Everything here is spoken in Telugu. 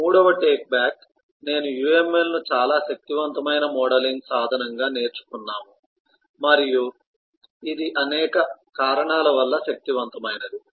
మూడవ టేక్ బ్యాక్ నేను UML ను చాలా శక్తివంతమైన మోడలింగ్ సాధనంగా నేర్చుకున్నాము మరియు ఇది అనేక కారణాల వల్ల శక్తివంతమైనది